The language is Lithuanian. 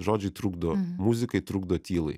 žodžiai trukdo muzikai trukdo tylai